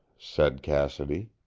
said cassidy.